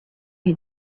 had